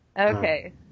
Okay